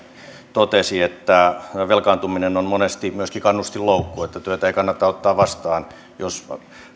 totesi että velkaantuminen on monesti myöskin kannustinloukku että työtä ei kannata ottaa vastaan jos